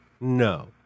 no